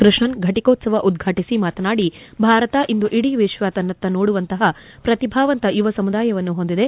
ಕೃಷ್ಣನ್ ಘಟಕೋತ್ಸವ ಉದ್ಘಾಟು ಮಾತನಾಡಿ ಭಾರತ ಇಂದು ಇಡಿ ವಿಶ್ವ ತನ್ನತ್ತ ನೋಡುವಂತಹ ಪ್ರತಿಭಾವಂತ ಯುವ ಸಮುದಾಯವನ್ನು ಹೊಂದಿದೆ